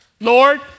Lord